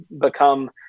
become